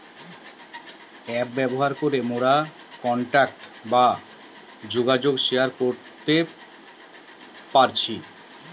app ব্যবহার করে মোরা কন্টাক্ট বা যোগাযোগ শেয়ার করতে পারতেছি